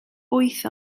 wyth